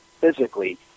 physically